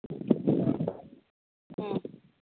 ꯎꯝ